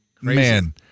man